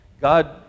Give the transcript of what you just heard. God